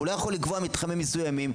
הוא לא יכול לקבוע מתחמים מסוימים,